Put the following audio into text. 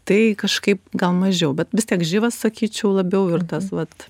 tai kažkaip gal mažiau bet vis tiek živas sakyčiau labiau ir tas vat